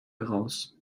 heraus